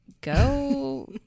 go